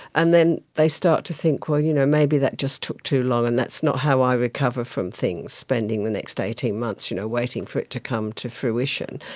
and then they start to think, well you know maybe that just took too long, and that's not how i recover from things, spending the next eighteen months you know waiting for it to come to fruition.